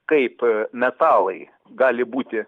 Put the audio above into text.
kaip metalai gali būti